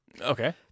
okay